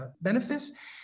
benefits